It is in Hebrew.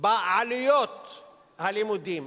בעלויות הלימודים.